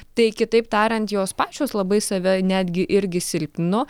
tai kitaip tariant jos pačios labai save netgi irgi silpnino